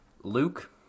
Luke